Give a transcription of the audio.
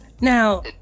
Now